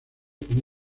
como